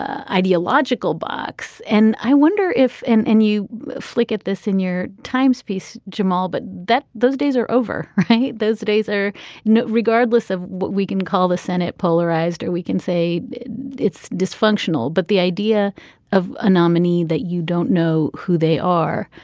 ideological box. and i wonder if and and you flick at this in your times piece jamal but that those days are over right. those days are not regardless of what we can call the senate polarized or we can say it's dysfunctional but the idea of a nominee that you don't know who they are